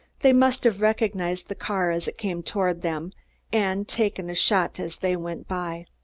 they must have recognized the car as it came toward them and taken a shot as they went by.